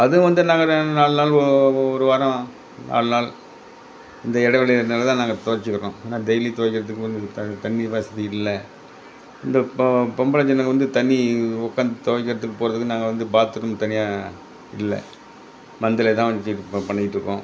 அதுவும் வந்து நாங்கள் நாலு நாள் ஒரு ஒரு வாரம் நாலு நாள் இந்த இடவெளி இருக்கிறதுனால தான் நாங்கள் துவச்சிக்கிறோம் ஏன்னா டெய்லி துவைக்கிறதுக்கு உங்களுக்கு த தண்ணி வசதி இல்லை இந்த பொ பொம்பள ஜனங்க வந்து தண்ணி உட்காந்து துவைக்கிறத்துக்கு போகறதுக்கு நாங்கள் வந்து பாத்துரூம் தனியாக இல்லை மந்தைலே தான் வச்சு இப்போ பண்ணிக்கிட்டு இருக்கோம்